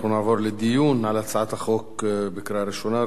נעבור לדיון על הצעת החוק בקריאה ראשונה.